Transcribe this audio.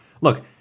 Look